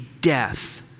death